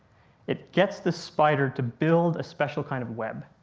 it gets the spider to build a special kind of web.